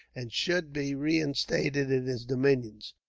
and should be reinstated in his dominions,